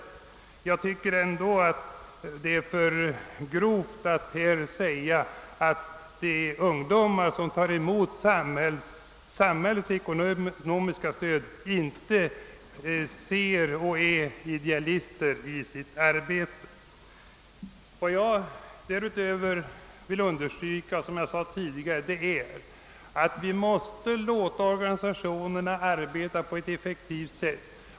Men jag tycker ändå att det är grovt att säga att de ungdomar, som tar emot samhällets ekonomiska stöd, inte är idealister i sitt arbete. Jag vill därutöver understryka att vi, som jag sade tidigare, måste se till att organisationerna kan arbeta på ett effektivt sätt.